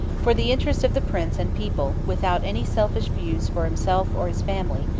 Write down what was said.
for the interest of the prince and people, without any selfish views for himself or his family,